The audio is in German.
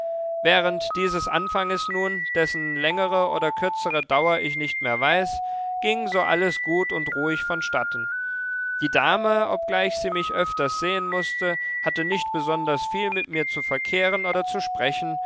während dieses anfanges nun dessen längere oder kürzere dauer ich nicht mehr weiß ging so alles gut und ruhig vonstatten die dame obgleich sie mich öfters sehen mußte hatte nicht besonders viel mit mir zu verkehren oder zu sprechen